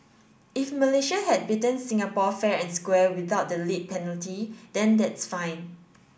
if Malaysia had beaten Singapore fair and square without the late penalty then that's fine